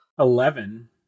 eleven